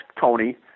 Tony